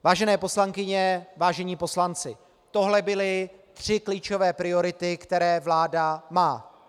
Vážené poslankyně, vážení poslanci, tohle byly tři klíčové priority, které vláda má.